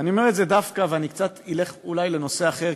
ואני קצת אלך לנושא אחר,